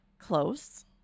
Close